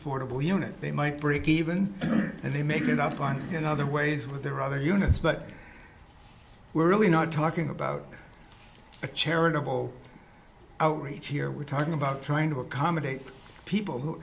affordable unit they might break even and they make it up on in other ways with their other units but we're really not talking about a charitable outreach here we're talking about trying to accommodate people who